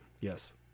Yes